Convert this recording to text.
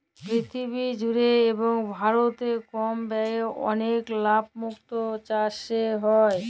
পীরথিবী জুড়ে এবং ভারতে কম ব্যয়ে অলেক লাভ মুক্ত চাসে হ্যয়ে